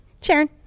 Sharon